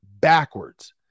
backwards